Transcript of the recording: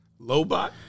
Lobot